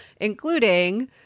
including